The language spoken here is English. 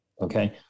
Okay